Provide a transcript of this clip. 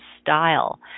style